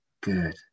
good